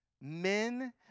men